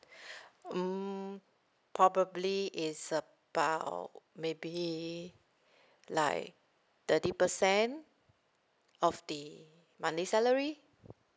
um probably it's about maybe like thirty percent of the monthly salary